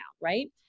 right